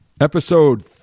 Episode